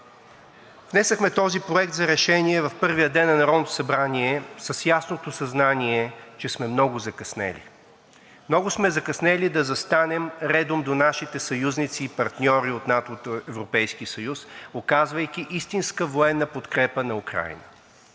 Внесохме този проект за решение в първия ден на Народното събрание с ясно съзнание, че сме много закъснели. Много сме закъснели да застанем редом до нашите съюзници и партньори от НАТО и Европейския съюз, оказвайки истинска военна подкрепа на Украйна.